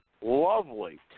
lovely